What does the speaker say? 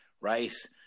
rice